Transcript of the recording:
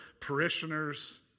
parishioners